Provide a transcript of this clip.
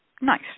Nice